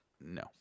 No